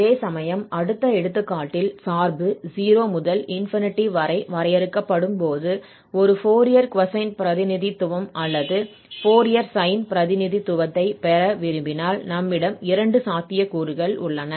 அதேசமயம் அடுத்த எடுத்துக்காட்டில் சார்பு 0 முதல் ∞ வரை வரையறுக்கப்படும் போது ஒரு ஃபோரியர் cosine பிரதிநிதித்துவம் அல்லது ஃபோரியர் sine பிரதிநிதித்துவத்தை பெற விரும்பினாலும் நம்மிடம் இரண்டு சாத்தியக்கூறுகளும் உள்ளன